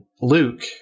Luke